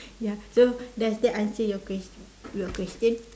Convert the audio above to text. ya so does that answer your question your question